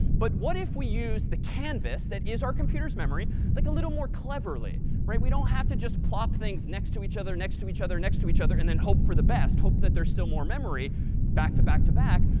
but what if we use the canvas that is our computer's memory like a little more cleverly? we don't have to just plop things next to each other, next to each other, next to each other, and then hope for the best hope that there's still more memory back to back to back.